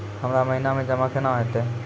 हमरा महिना मे जमा केना हेतै?